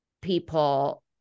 people